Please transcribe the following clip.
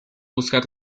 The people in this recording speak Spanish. buscar